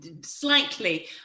slightly